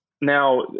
now